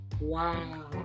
Wow